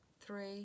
three